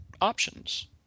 options